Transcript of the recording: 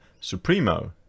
Supremo